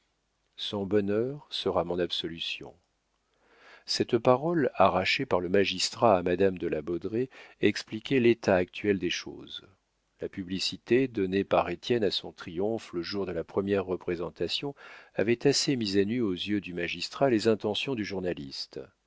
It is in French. son bonheur sera mon absolution cette parole arrachée par le magistrat à madame de la baudraye expliquait l'état actuel des choses la publicité donnée par étienne à son triomphe le jour de la première représentation avait assez mis à nu aux yeux du magistrat les intentions du journaliste